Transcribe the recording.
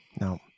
No